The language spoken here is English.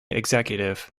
executive